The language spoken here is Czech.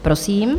Prosím.